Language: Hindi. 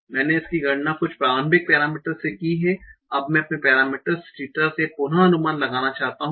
मैंने इसकी गणना कुछ प्रारंभिक पेरामीटरस से की है अब मैं अपने पेरामीटरस थीटा से पुन अनुमान लगाना चाहता हूं